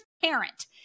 parent